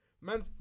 Man